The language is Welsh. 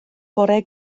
fore